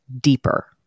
deeper